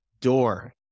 door